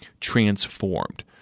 Transformed